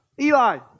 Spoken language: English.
Eli